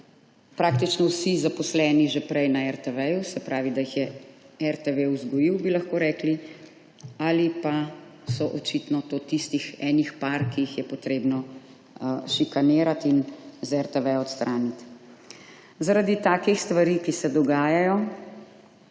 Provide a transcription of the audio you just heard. praktično vsi zaposleni že prej na RTV, se pravi, da jih je RTV vzgojil, bi lahko rekli, ali pa so očitno to tistih enih par, ki jih je potrebno šikanirati in iz RTV odstraniti. Zaradi takih stvari, ki se dogajajo,